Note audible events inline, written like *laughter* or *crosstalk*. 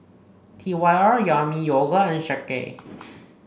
T Y R Yami Yogurt and *unintelligible* A